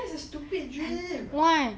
that's a stupid dream